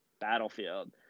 battlefield